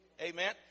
Amen